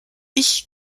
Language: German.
ich